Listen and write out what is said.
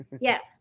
Yes